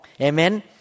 amen